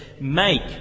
make